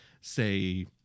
say